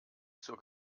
zur